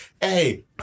hey